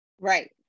Right